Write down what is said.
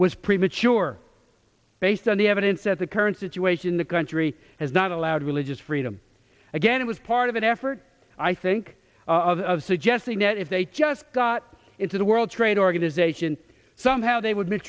was premature based on the evidence that the current situation in the country has not allowed religious freedom again it was part of an effort i think of suggesting that if they just got into the world trade organization somehow they would ma